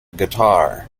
guitar